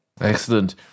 Excellent